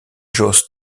josse